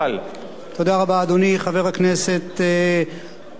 חבר הכנסת אורי אריאל,